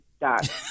dot